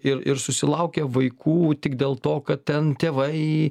ir ir susilaukia vaikų tik dėl to kad ten tėvai